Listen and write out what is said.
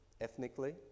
ethnically